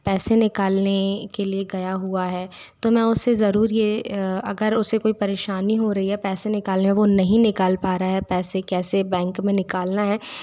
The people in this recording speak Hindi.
पैसे निकालने के लिए गया हुआ है तो मैं उसे जरूर ये अगर उसे कोई परेशानी हो रही है पैसे निकालने है वो नहीं निकाल पा रहा है पैसे कैसे बैंक में निकालना है